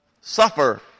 Suffer